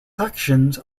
collections